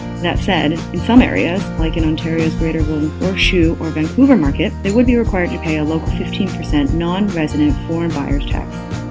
that said, in some areas, like in ontario's greater golden horseshoe or vancouver market, they would be required to pay a local fifteen percent non-resident foreign buyer's tax.